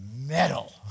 metal